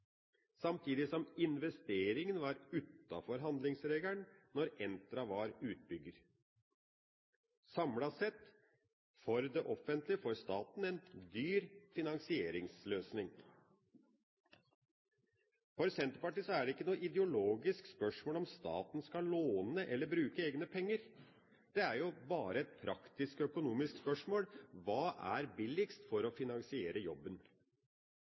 samtidig som investeringen var utafor handlingsregelen, når Entra var utbygger. Samlet sett for det offentlige og staten en dyr finansieringsløsning. For Senterpartiet er det ikke noe ideologisk spørsmål om staten skal låne eller bruke egne penger. Det er jo bare et praktisk økonomisk spørsmål: Hva er billigst for å finansiere jobben?